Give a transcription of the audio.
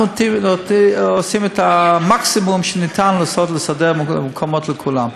אנחנו עושים את המקסימום שניתן לעשות לסדר מקומות לכולם.